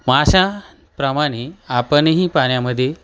माशाप्रमाणे आपणही पाण्यामध्ये